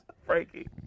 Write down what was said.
Frankie